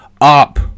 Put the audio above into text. UP